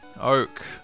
Oak